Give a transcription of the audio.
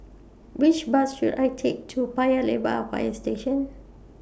Which Bus should I Take to Paya Lebar Fire Station